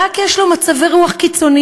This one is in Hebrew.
שרק יש לו מצבי רוח קיצוניים,